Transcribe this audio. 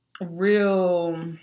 real